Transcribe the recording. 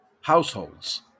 households